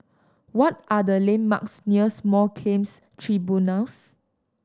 what are the landmarks near Small Claims Tribunals